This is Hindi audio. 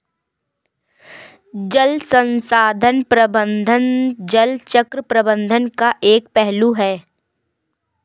जल संसाधन प्रबंधन जल चक्र प्रबंधन का एक पहलू है